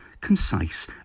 concise